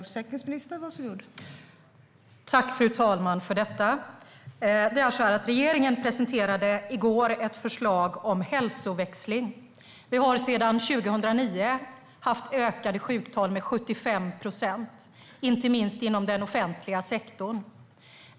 Fru talman! Tack för frågan! Regeringen presenterade i går ett förslag om hälsoväxling. Vi har sedan 2009 haft ökade sjuktal med 75 procent, inte minst inom den offentliga sektorn.